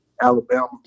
Alabama